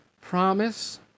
Promise